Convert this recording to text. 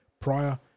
prior